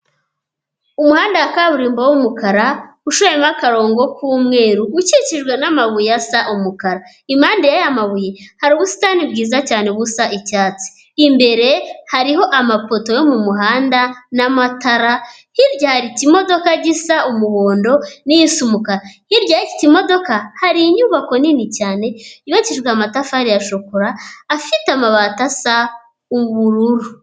Umuhanda wa kaburimbo w'umukara ushoyemo akarongo k'umweru ukikijwe n'amabuye asa umukara, impande ya ya mabuye hari ubusitani bwiza cyane busa icyatsi, imbere hariho amapoto yo mu muhanda n'amatara, hirya hari ikimodoka gisa umuhondo n'isa umukara, hirya y'iki kimodoka hari inyubako nini cyane yubakijwe amatafari ya shokora afite amabati asa ubururu.